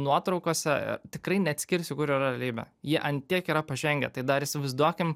nuotraukose tikrai neatskirsiu kur yra realybė jie ant tiek yra pažengę tai dar įsivaizduokim